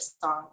song